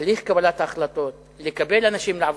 בתהליך קבלת ההחלטות: לקבל אנשים לעבודה,